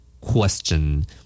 Question